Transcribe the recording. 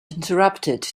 interrupted